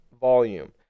volume